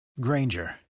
Granger